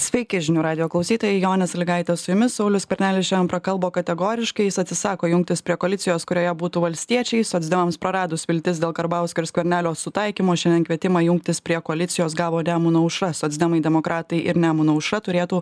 sveiki žinių radijo klausytojai jonė sąlygaitė su jumis saulius skvernelis šiandien prakalbo kategoriškai jis atsisako jungtis prie koalicijos kurioje būtų valstiečiai socdemams praradus viltis dėl karbauskio ir skvernelio sutaikymo žinant kvietimą jungtis prie koalicijos gavo nemuno aušra socdemai demokratai ir nemuno aušra turėtų